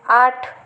آٹھ